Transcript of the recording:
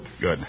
Good